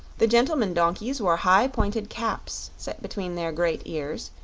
the gentlemen-donkeys wore high pointed caps set between their great ears,